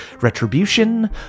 retribution